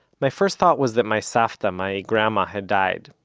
my first thought was that my savta, my grandma, had died.